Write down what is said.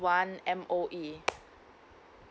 one M_O_E